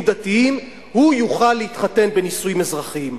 דתיים יוכל להתחתן בנישואין אזרחיים.